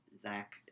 Zach